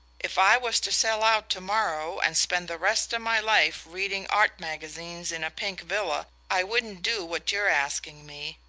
if i was to sell out to-morrow, and spend the rest of my life reading art magazines in a pink villa, i wouldn't do what you're asking me.